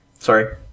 Sorry